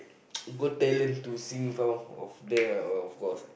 go tell them to sing song of them ah of course ah